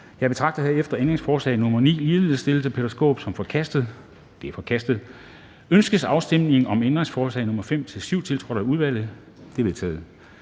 Jeg betragter herefter ændringsforslag nr. 9, ligeledes stillet af Peter Skaarup (DF), som forkastet. Det er forkastet. Ønskes afstemning om ændringsforslag nr. 5-7, tiltrådt af udvalget? De er vedtaget.